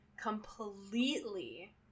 completely